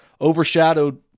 overshadowed